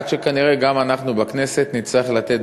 עד שכנראה גם אנחנו בכנסת נצטרך לתת